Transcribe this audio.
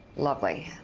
lovely.